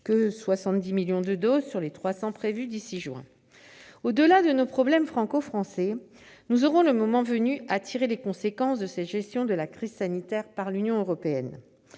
que 70 millions de doses sur les 300 millions prévues d'ici au mois de juin. Au-delà de nos problèmes franco-français, nous aurons, le moment venu, à tirer les conséquences de cette gestion de la crise sanitaire par l'Union européenne.